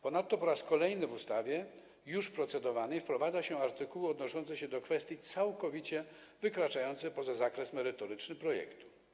Ponadto po raz kolejny w ustawie już procedowanej wprowadza się artykuły odnoszące się do kwestii całkowicie wykraczającej poza zakres merytoryczny projektu.